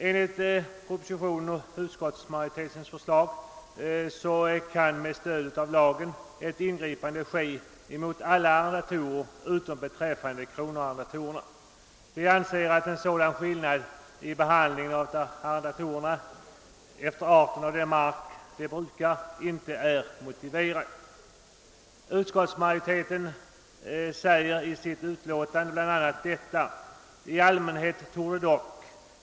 Enligt propositionens och utskottets förslag kan med stöd av lagen ett ingripande ske mot alla arrendatorer utom mot kronoarrendatorerna. Vi anser att en sådan skillnad i behandlingen av arrendatorerna, efter arien av den mark de brukar, inte är motiverad. Utskottsmajoriteten säger i sitt utlåtande bl.a. följande: »Det föreslagna undantaget har sin motsvarighet i den nu gällande uppsiktslagen och vissa andra lagar med tvångsrättsliga inslag.